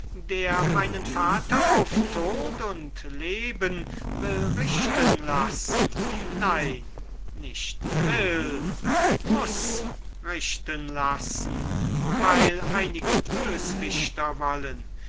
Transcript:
der meinen vater auf tod und leben will richten lassen nein nicht will muß richten lassen weil einige böswichter wollen